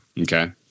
Okay